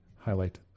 highlight